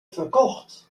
verkocht